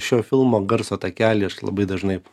šio filmo garso takelį aš labai dažnai